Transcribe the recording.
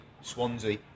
Swansea